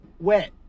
wet